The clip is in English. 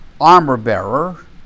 armor-bearer